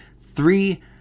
Three